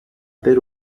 per